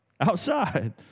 Outside